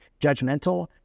judgmental